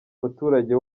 muturage